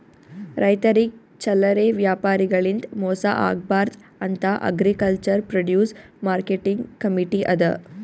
ರೈತರಿಗ್ ಚಲ್ಲರೆ ವ್ಯಾಪಾರಿಗಳಿಂದ್ ಮೋಸ ಆಗ್ಬಾರ್ದ್ ಅಂತಾ ಅಗ್ರಿಕಲ್ಚರ್ ಪ್ರೊಡ್ಯೂಸ್ ಮಾರ್ಕೆಟಿಂಗ್ ಕಮೀಟಿ ಅದಾ